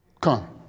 Come